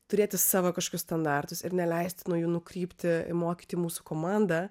turėti savo kažkokius standartus ir neleisti nuo jų nukrypti į mokyti mūsų komanda